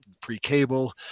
pre-cable